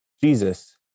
Jesus